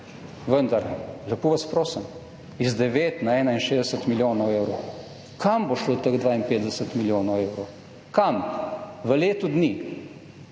vendar, lepo vas prosim, z 9 na 61 milijonov evrov. Kam bo šlo teh 52 milijonov evrov? Kam? V letu dni.